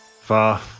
Far